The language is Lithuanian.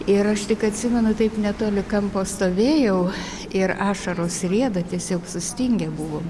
ir aš tik atsimenu taip netoli kampo stovėjau ir ašaros rieda tiesiog sustingę buvom